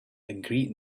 agreed